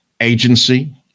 agency